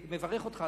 אני מברך אותך,